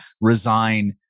resign